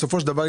בסופו של דבר,